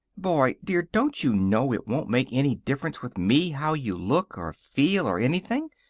boy, dear, don't you know it won't make any difference with me how you look, or feel, or anything?